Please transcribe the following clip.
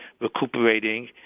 recuperating